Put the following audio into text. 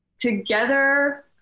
together